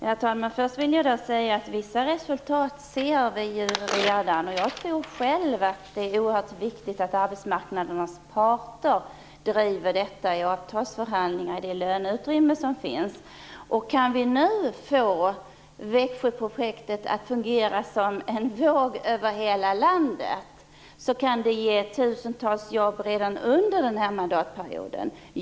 Herr talman! Först vill jag säga att vi redan ser vissa resultat. Jag tror själv att det är oerhört viktigt att arbetsmarknadens parter driver detta i avtalsförhandlingar om det löneutrymme som finns. Kan vi nu få Växjöprojektet att fungera som en våg över hela landet, så kan det ge tusentals redan under den här mandatperioden.